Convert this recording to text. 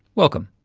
welcome.